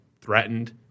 threatened